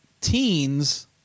teens